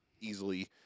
easily